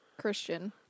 Christian